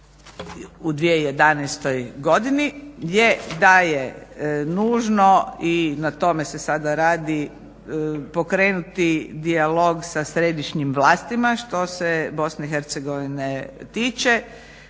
u 2011. godini je da je nužno i na tome se sada radi, pokrenuti dijalog sa središnjim vlastima. Što se Bosne i Hercegovine tiče